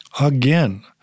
Again